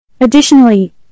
Additionally